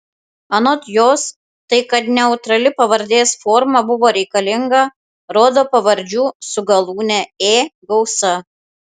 anot jos tai kad neutrali pavardės forma buvo reikalinga rodo pavardžių su galūne ė gausa